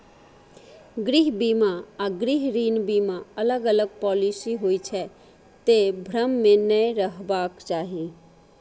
गृह बीमा आ गृह ऋण बीमा अलग अलग पॉलिसी होइ छै, तें भ्रम मे नै रहबाक चाही